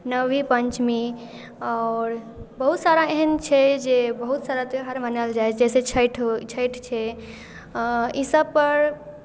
नवी पञ्चमी आओर बहुत सारा एहन छै जे बहुत सारा त्योहार मनायल जाइत छै जैसे छठि होइ छठि छै ईसभपर